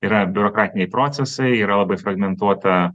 yra biurokratiniai procesai yra labai fragmentuota